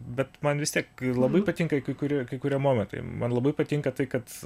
bet man vis tiek labai patinka kai kurie kai kurie momentai man labai patinka tai kad